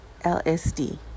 LSD